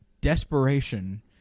desperation